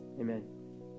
Amen